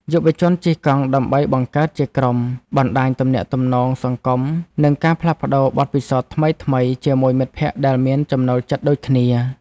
យុវជនជិះកង់ដើម្បីបង្កើតជាក្រុមបណ្ដាញទំនាក់ទំនងសង្គម និងការផ្លាស់ប្តូរបទពិសោធន៍ថ្មីៗជាមួយមិត្តភក្តិដែលមានចំណូលចិត្តដូចគ្នា។